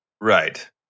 Right